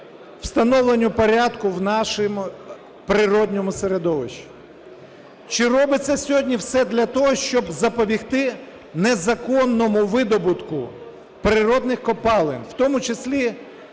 встановлення порядку в нашому природному середовищі? Чи робиться сьогодні все для того, щоб запобігти незаконному видобутку природних копалин, в тому числі